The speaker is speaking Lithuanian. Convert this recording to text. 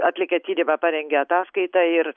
atlikę tyrimą parengė ataskaitą ir